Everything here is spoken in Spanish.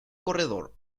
corredor